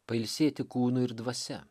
pailsėti kūnu ir dvasia